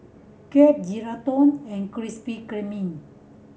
Gap Geraldton and Krispy Kreme